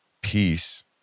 peace